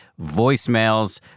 voicemails